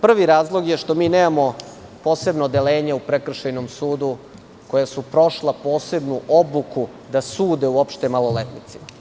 Prvi razlog je što mi nemamo posebno odeljenje u prekršajnom sudu, koja su prošla posebnu obuku da sude uopšte maloletnicima.